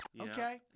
Okay